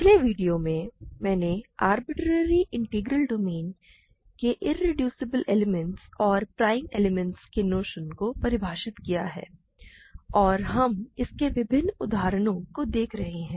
पिछले वीडियो में मैंने आरबिटरेरी इंटीग्रल डोमेन के इरेड्यूसिबल एलिमेंट्स और प्राइम एलिमेंट्स के नोशन को परिभाषित किया है और हम इसके विभिन्न उदाहरणों को देख रहे हैं